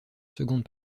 seconde